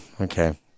Okay